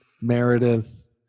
Meredith